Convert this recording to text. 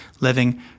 living